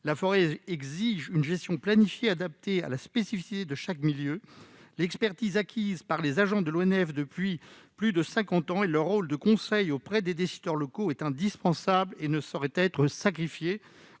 La forêt exige une gestion planifiée et adaptée à la spécificité de chaque milieu. L'expertise acquise par les agents de l'ONF depuis plus de cinquante ans et leur rôle de conseil auprès des décideurs locaux sont indispensables et ne sauraient être sacrifiés.